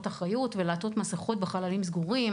אחריות ולעטות מסיכות בחללים סגורים,